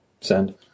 Send